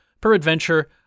peradventure